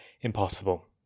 impossible